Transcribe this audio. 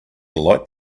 light